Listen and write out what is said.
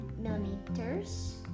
millimeters